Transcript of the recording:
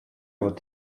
what